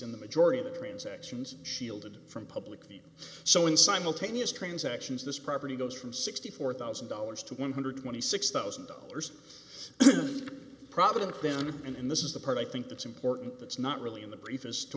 in the majority of the transactions shielded from public view so in simultaneous transactions this property goes from sixty four thousand dollars to one hundred and twenty six thousand dollars product then and this is the part i think that's important that's not really in the brief is to